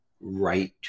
right